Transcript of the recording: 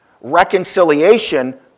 Reconciliation